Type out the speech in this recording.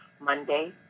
Monday